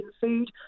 food